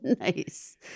Nice